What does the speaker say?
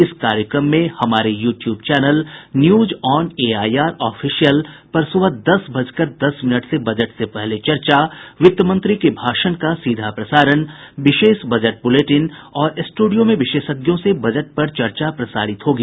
इस कार्यक्रम में हमारे यू ट्यूब चैनल न्यूजऑनएआईआरऑफिशियल पर सुबह दस बजकर दस मिनट से बजट से पहले चर्चा वित्त मंत्री के भाषण का सीधा प्रसारण विशेष बजट बुलेटिन और स्टूडियो में विशेषज्ञों से बजट पर चर्चा प्रसारित होगी